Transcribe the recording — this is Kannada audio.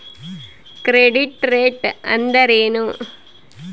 ಕ್ರೆಡಿಟ್ ರೇಟ್ ಅಂದರೆ ಏನು?